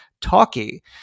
talky